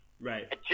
Right